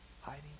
hiding